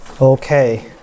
Okay